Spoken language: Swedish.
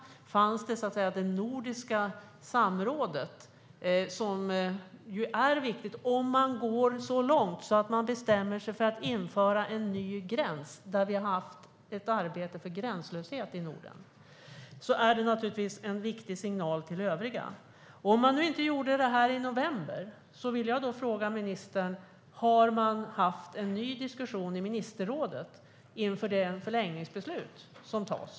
Fanns så att säga det nordiska samrådet, som ju är viktigt? Om man går så långt att man bestämmer sig för att införa en ny gräns där vi i Norden har haft ett arbete för gränslöshet är det naturligtvis en viktig signal till övriga. Om man nu inte gjorde detta i november vill jag fråga ministern om man har haft en ny diskussion i ministerrådet inför de förlängningsbeslut som tas.